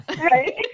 Right